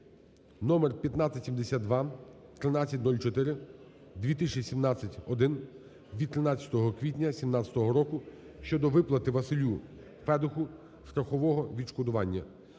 № 1572/13-04-2017-І від 13 квітня 2017 року щодо виплати Василю Федуху страхового відшкодування.